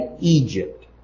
Egypt